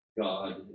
God